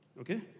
Okay